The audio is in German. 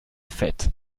fett